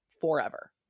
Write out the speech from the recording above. forever